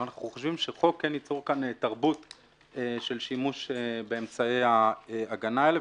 אבל אנחנו חושבים שחוק כן ייצור כאן תרבות של שימוש באמצעי ההגנה האלה,